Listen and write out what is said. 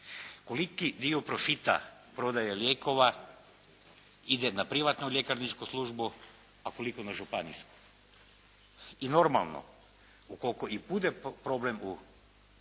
Koliki dio profita prodaje lijekova ide na privatnu ljekarničku službu, a koliko na županijsku. I normalno, ukoliko i bude problem u